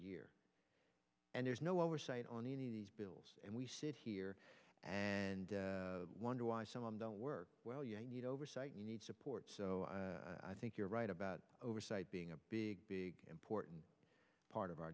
year and there's no oversight on any of these bills and we sit here and wonder why someone doesn't work well you need oversight you need support so i think you're right about oversight being a big big important part of our